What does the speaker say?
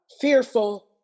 fearful